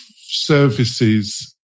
services